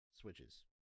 switches